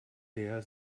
der